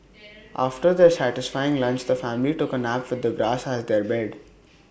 after their satisfying lunch the family took A nap with the grass as their bed